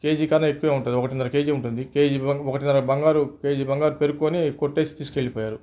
KG కన్నా ఎక్కువే ఉంటది ఒకటిన్నర కేజీ ఉంటుంది కేజీ బంగా ఒకటిన్నర బంగారు కేజీ బంగారు పెరుక్కొని కొట్టేసి తీసుకెళ్లిపోయారు